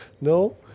no